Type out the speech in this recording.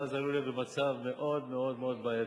ואז הוא עלול להיות במצב מאוד מאוד מאוד מאוד בעייתי.